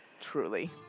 Truly